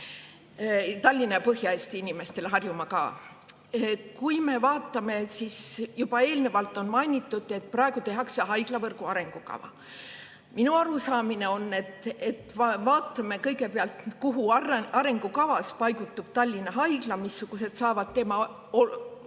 Tallinna ja Põhja-Eesti inimestele, Harjumaa ka. Eelnevalt on mainitud, et praegu tehakse haiglavõrgu arengukava. Minu arusaamine on, et vaatame kõigepealt, kuhu arengukavas paigutub Tallinna Haigla, missugused saavad tema